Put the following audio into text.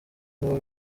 nibo